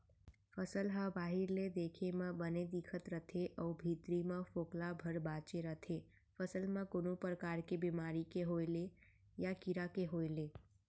फसल ह बाहिर ले देखे म बने दिखत रथे अउ भीतरी म फोकला भर बांचे रथे फसल म कोनो परकार के बेमारी के होय ले या कीरा के होय ले